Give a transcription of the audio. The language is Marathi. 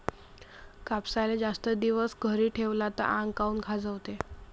कापसाले जास्त दिवस घरी ठेवला त आंग काऊन खाजवते?